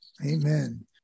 Amen